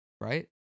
Right